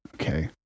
Okay